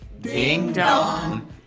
ding-dong